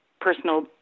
personal